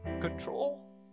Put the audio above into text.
Control